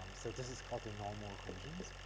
so this is called the normal equations.